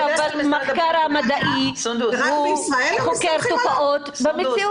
אבל מחקר מדעי הוא חוקר תופעות במציאות.